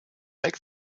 make